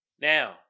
Now